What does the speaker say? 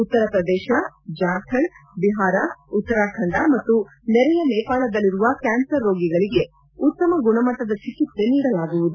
ಉತ್ತರಪ್ರದೇಶ ಜಾರ್ಖಂಡ್ ಬಿಹಾರ ಉತ್ತರಾಖಂಡ ಮತ್ತು ನೆರೆಯ ನೇಪಾಳದಲ್ಲಿರುವ ಕ್ಲಾನ್ಸರ್ ರೋಗಿಗಳಿಗೆ ಉತ್ತಮ ಗುಣಮಟ್ಟದ ಚಿಕಿತ್ಸೆ ನೀಡಲಾಗುವುದು